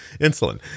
insulin